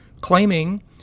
claiming